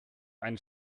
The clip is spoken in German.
einen